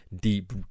deep